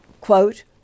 quote